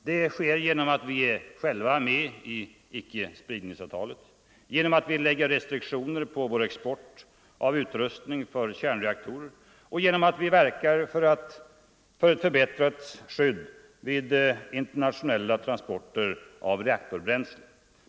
Det sker genom att vi själva är med i icke-spridningsavtalet, genom att vi lägger restriktioner på vår export av utrustning för kärnreaktorer och genom att vi verkar för ett förbättrat skydd vid internationella transporter av reaktorbränsle.